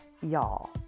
y'all